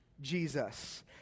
Jesus